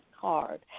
card